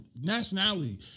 nationality